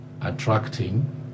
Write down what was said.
attracting